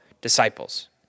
disciples